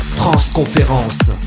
transconférence